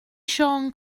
siôn